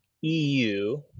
EU